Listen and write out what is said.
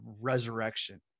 resurrection